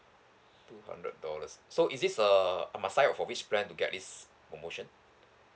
two hundred dollars so is this err I must sign up for which plan to get this promotion